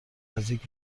نزدیک